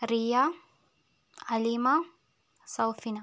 Riya Aleema Saufina